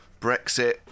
Brexit